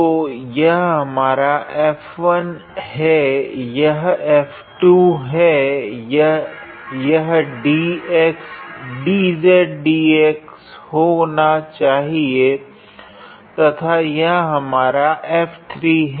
तो यह हमारा F1 है यह F2 यह dzdx होना चाहिए तथा यह हमारा F3 है